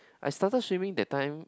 I started swimming that time